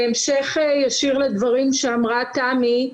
בהמשך ישיר לדברים שאמרה תמי,